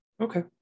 Okay